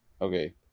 Okay